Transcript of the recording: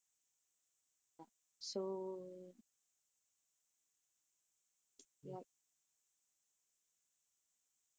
we need to we need to actually do something in order to get something lah